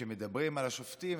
כשמדברים על השופטים,